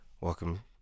Welcome